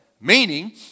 meaning